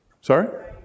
Sorry